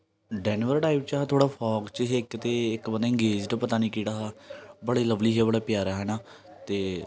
Denver type च हा थोह्ड़ा फाग च इक ते इक पता नेईं इंगेज पता नेईं केह्ड़ा हा बड़े लवली ऐ बड़ा प्यारे है न ते